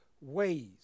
ways